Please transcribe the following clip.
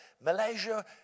Malaysia